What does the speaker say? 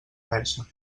perxa